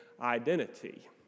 identity